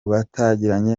batangiranye